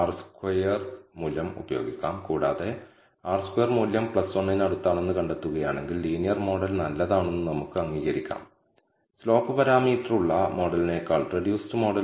fit ചെയ്ത model യഥാർത്ഥത്തിൽ ന്യായമായും നല്ല ഒരു മോഡലാണോ അല്ലയോ എന്ന് ഈ ലെക്ച്ചറിൽ നമ്മൾ വിലയിരുത്താൻ പോകുന്നു